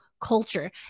culture